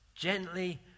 Gently